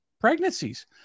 pregnancies